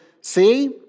see